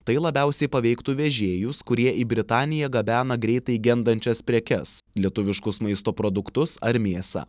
tai labiausiai paveiktų vežėjus kurie į britaniją gabena greitai gendančias prekes lietuviškus maisto produktus ar mėsą